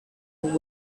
who